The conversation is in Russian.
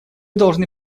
должны